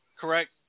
Correct